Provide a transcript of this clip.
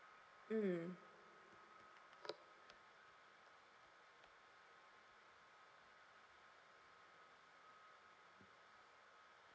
mm